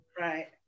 right